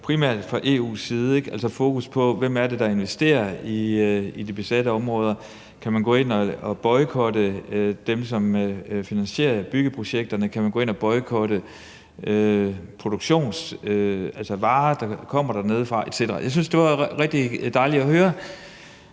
primært EU's side, altså et fokus på, hvem det er, der investerer i de besatte områder. Kan man gå ind og boykotte dem, som finansierer byggeprojekterne? Kan man gå ind og boykotte varer, der kommer dernedefra etc.? Jeg syntes, det var rigtig dejligt at høre.